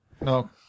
No